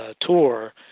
tour